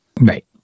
Right